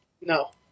no